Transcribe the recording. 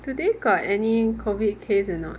today got any COVID case or not